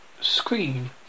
screen